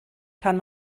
kann